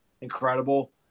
incredible